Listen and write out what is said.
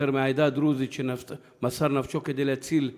שוטר מהעדה הדרוזית שמסר נפשו כדי להציל אחרים.